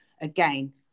again